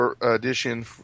Edition